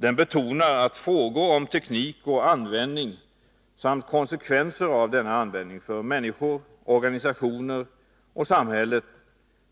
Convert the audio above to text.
Den betonar att frågor om teknik och användning samt konsekvenser av denna användning för människor, organisationer och samhället